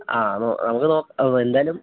ആ നമുക്ക് നോക്കാം എന്തായാലും